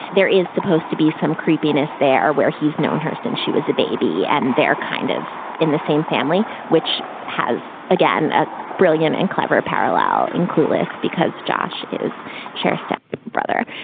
there is supposed to be some creepiness there where he's known her since she was a baby. and they're kind of in the same family which has again, at brilliant and clever parallel in clueless because josh is cher's step brother.